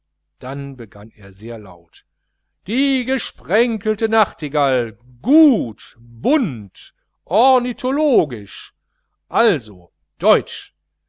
dann begann er sehr laut die gesprenkelte nachtigall gut bunt ornithologisch also deutsch